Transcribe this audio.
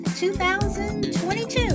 2022